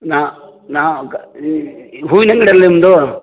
ನಾ ನಾ ಹೂವಿನ ಅಂಗ್ಡಿಯಲಾ ನಿಮ್ಮದು